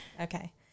okay